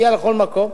מגיע לכל מקום,